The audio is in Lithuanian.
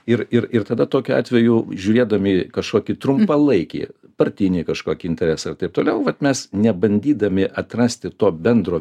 ir ir tada tokiu atveju žiūrėdami kažkokį trumpalaikį partinį kažkokį interesą ir taip toliau vat mes nebandydami atrasti to bendro